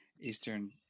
Eastern